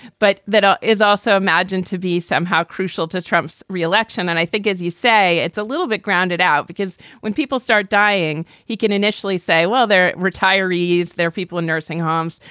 but that ah is also imagined to be somehow crucial to trump's re-election. and i think, as you say, it's a little bit grounded out because when people start dying, he can initially say, well, they're retirees, they're people in nursing homes,